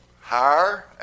Higher